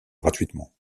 gratuitement